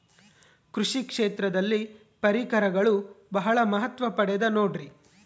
ಕೃಷಿ ಕ್ಷೇತ್ರದಲ್ಲಿ ಪರಿಕರಗಳು ಬಹಳ ಮಹತ್ವ ಪಡೆದ ನೋಡ್ರಿ?